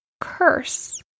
curse